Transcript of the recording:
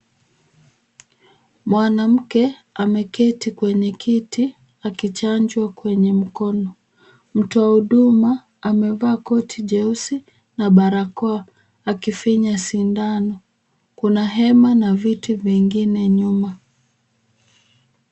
Mwanamke ameketi kwenye kiti akichanjwa kwenye mkono, mtu wa huduma amevaa koti jeusi na barakoa akifinya sindano, kuna hema na viti vingine nyuma.